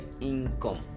income